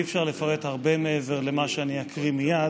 אי-אפשר לפרט הרבה מעבר למה שאקריא מייד.